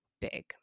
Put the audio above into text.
big